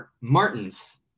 Martins